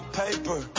paper